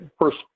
first